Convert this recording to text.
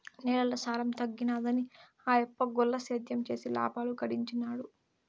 నేలల సారం తగ్గినాదని ఆయప్ప గుల్ల సేద్యం చేసి లాబాలు గడించినాడు